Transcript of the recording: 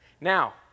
Now